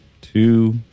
two